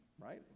right